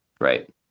right